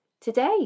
today